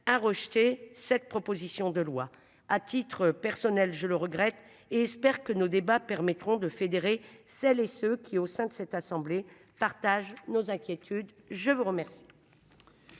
a rejeté cette proposition de loi à titre personnel, je le regrette et espère que nos débats permettront de fédérer celles et ceux qui au sein de cette assemblée partage nos inquiétudes, je vous remercie.